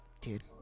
Dude